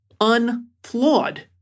unflawed